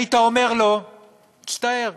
היית אומר לו: מצטער,